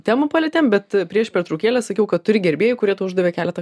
temų palietėm bet prieš pertraukėlę sakiau kad turi gerbėjų kurie uždavė keletą